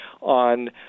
on